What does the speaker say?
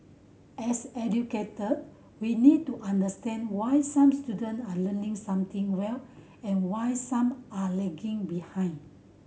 as educator we need to understand why some student are learning something well and why some are lagging behind